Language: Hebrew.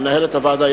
למנהלת הוועדה,